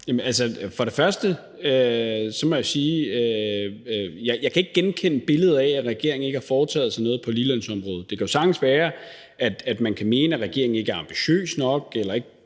Først må jeg sige, at jeg ikke kan genkende billedet af, at regeringen ikke har foretaget sig noget på ligelønsområdet. Det kan jo sagtens være, at man kan mene, at regeringen ikke er ambitiøs nok eller ikke